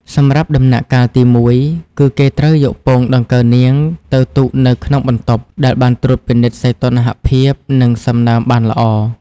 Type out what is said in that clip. សម្រាប់ដំណាក់កាលទី១ គឺគេត្រូវយកពងដង្កូវនាងទៅទុកនៅក្នុងបន្ទប់ដែលបានត្រួតពិនិត្យសីតុណ្ហភាព និងសំណើមបានល្អ។